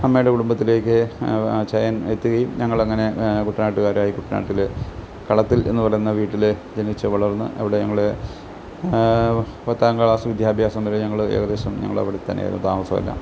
അമ്മയുടെ കുടുംബത്തിലേക്ക് അച്ചായൻ എത്തുകയും ഞങ്ങളങ്ങനെ കുട്ടനാട്ടുകാരായി കുട്ടനാട്ടിൽ തളത്തിൽ എന്ന് പറയുന്ന വീട്ടിൽ ജനിച്ചുവളർന്ന് അവിടെ ഞങ്ങൾ പത്താം ക്ലാസ് വിദ്യാഭ്യാസം വരെയും ഞങ്ങൾ ഏകദേശം ഞങ്ങൾ അവിടെത്തന്നെയായിരുന്നു താമസമെല്ലാം